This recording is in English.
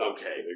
Okay